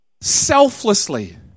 Selflessly